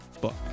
book